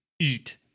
eat